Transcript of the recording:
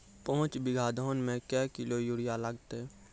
पाँच बीघा धान मे क्या किलो यूरिया लागते?